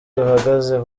duhagaze